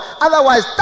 Otherwise